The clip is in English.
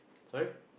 sorry